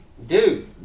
Dude